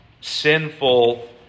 sinful